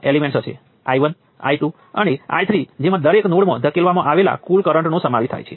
મેં જે કર્યું છે તે માત્ર આ બે ને એકમાં ફેરવવા માટે છે